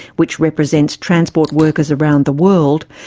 which represents transport workers around the world,